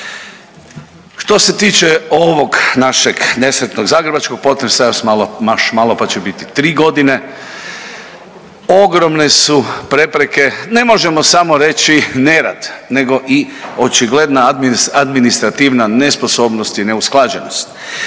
Što se tiče ovog našeg nesretnog zagrebačkog potresa evo još malo pa će biti 3 godine. Ogromne su prepreke. Ne možemo samo reći nerad nego i očigledna administrativna nesposobnost i neusklađenost.